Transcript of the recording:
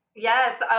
Yes